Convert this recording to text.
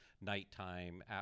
nighttime –